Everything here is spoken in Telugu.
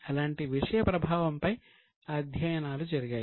అలాంటి విషయ ప్రభావంపై అధ్యయనాలు జరిగాయి